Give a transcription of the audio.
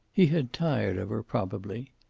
he had tired of her, probably.